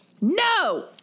no